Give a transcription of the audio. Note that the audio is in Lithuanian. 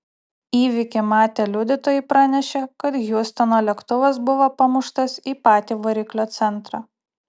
įvykį matę liudytojai pranešė kad hjustono lėktuvas buvo pamuštas į patį variklio centrą